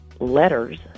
letters